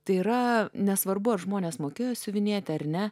tai yra nesvarbu ar žmonės mokėjo siuvinėti ar ne